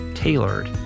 tailored